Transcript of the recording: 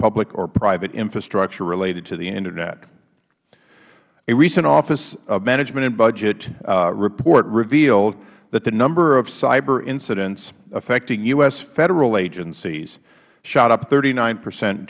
public or private infrastructure related to the internet a recent office of management and budget report revealed that the number of cyber incidents affecting u s federal agencies shot up thirty nine percent in